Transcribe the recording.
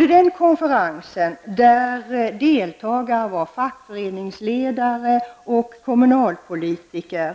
Deltagarna i konferensen var fackföreningsledare och kommunalpolitiker